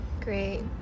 Great